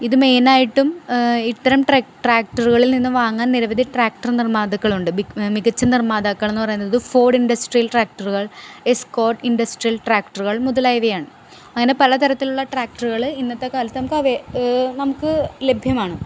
ഇതു മെയിനായിട്ടും ഇത്തരം ട്രാക്ടറുകളിൽ നിന്നും വാങ്ങാൻ നിരവധി ട്രാക്ടർ നിർമാതാക്കളുണ്ട് മികച്ച നിർമാതാക്കൾ എന്ന് പറയുന്നത് ഫോഡ് ഇൻഡസ്ട്രിയൽ ട്രാക്ടറുകൾ എസ്കോർട്ട് ഇൻഡസ്ട്രിയൽ ട്രാക്ടറുകൾ മുതലായവയാണ് അങ്ങനെ പല തരത്തിലുള്ള ട്രാക്ടറുകള് ഇന്നത്തെ കാലത്ത് നമുക്ക് ലഭ്യമാണ്